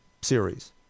series